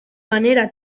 manera